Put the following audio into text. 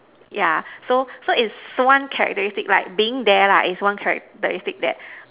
yeah so so it's one characteristic right being there right it's one characteristic that